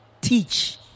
teach